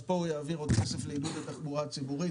אז פה הוא יעביר עוד כסף לעידוד התחבורה הציבורית,